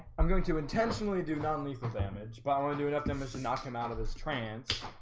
i'm going to intentionally do non-lethal damage, but i want to do it up there mister knock him out of this trance